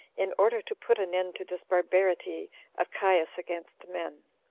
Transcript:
in order to put an end to this barbarity of caius against men.